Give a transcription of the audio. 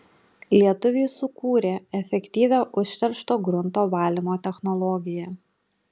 lietuviai sukūrė efektyvią užteršto grunto valymo technologiją